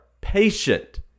patient